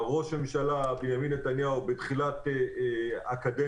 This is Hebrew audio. ראש הממשלה בנימין נתניהו בתחילת הקדנציה